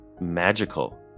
magical